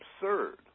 absurd